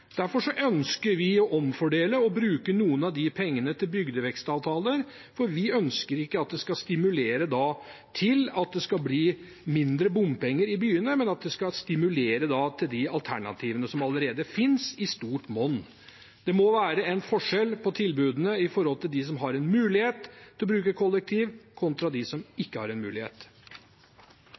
bruke noen av de pengene til bygdevekstavtaler, for vi ønsker ikke at det skal stimulere til mindre bompenger i byene, men at det skal stimulere til de alternativene som allerede finnes – i stort monn. Det må være en forskjell på tilbudene for dem som har en mulighet til å bruke kollektivtrafikk, kontra dem som ikke har en mulighet.